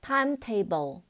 Timetable